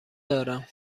دارم